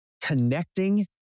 connecting